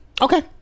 Okay